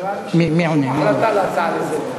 נראה לי שיש פה החלטה על הצעה לסדר-היום.